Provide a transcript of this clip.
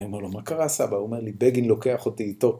אני אומר לו, מה קרה סבא? הוא אומר לי, בגין לוקח אותי איתו.